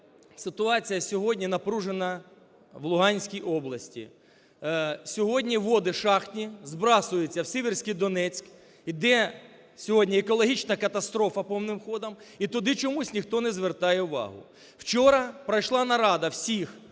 ситуація сьогодні напружена в Луганській області. Сьогодні води шахтні збрасуються в Сіверський Донець, де сьогодні екологічна катастрофа повним ходом. І туди чомусь ніхто не звертає увагу. Вчора пройшла нарада всіх